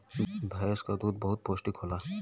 भैंस क दूध बहुते पौष्टिक होला